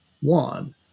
one